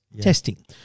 testing